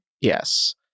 Yes